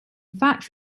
fact